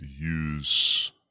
use